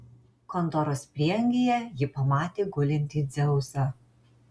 kontoros prieangyje ji pamatė gulintį dzeusą